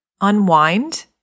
unwind